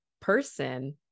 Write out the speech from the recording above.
person